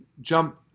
jump